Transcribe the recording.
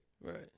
Right